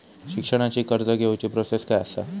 शिक्षणाची कर्ज घेऊची प्रोसेस काय असा?